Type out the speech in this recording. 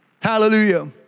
Hallelujah